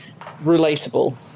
relatable